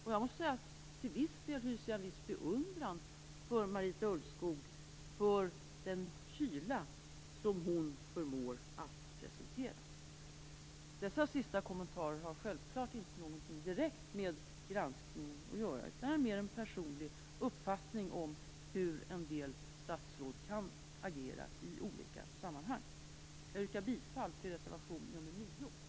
Och jag måste säga att jag till viss del hyser viss beundran för Marita Ulvskog för den kyla som hon förmår att presentera. Dessa sista kommentarer har självklart inte något direkt med granskningen att göra, utan är mer en personlig uppfattning om hur en del statsråd kan agera i olika sammanhang. Jag yrkar bifall till reservation nr 9.